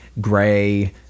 gray